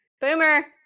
Boomer